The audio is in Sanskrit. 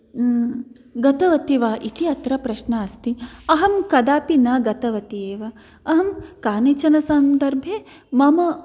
गतवती वा इति अत्र प्रश्नः अस्ति अहं कदापि न गतवती एव अहं कानिचनसन्दर्भे मम